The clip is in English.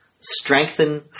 strengthen